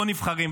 פה נבחרים.